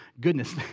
Goodness